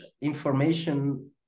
information